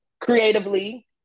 creatively